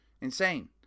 Insane